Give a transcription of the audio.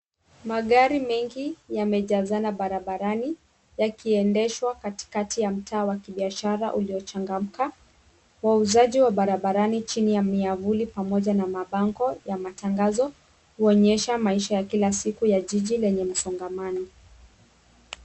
Magari mengi yamejazana barabarani yakiendeshwa katikati ya mtaa wa kibiashara uliochangamka wauzaji wa barabarani chini ya miavuli pamoja na mabango ya matangazo huonyesha maisha ya kila siku ya jiji lenye msongamano.